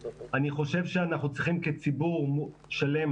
אני חושב שאנחנו צריכים כציבור שלם